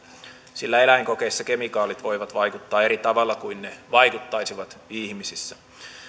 sillä eläinkokeissa kemikaalit voivat vaikuttaa eri tavalla kuin ne vaikuttaisivat ihmisissä